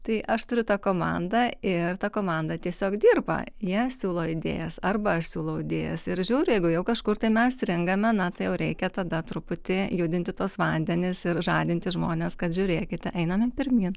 tai aš turiu tą komandą ir ta komanda tiesiog dirba jie siūlo idėjas arba aš siūlau idėjas ir žiūriu jeigu jau kažkur tai mes stringame na tai jau reikia tada truputį judinti tuos vandenis ir žadinti žmones kad žiūrėkite einame pirmyn